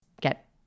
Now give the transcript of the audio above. get